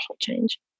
change